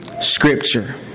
Scripture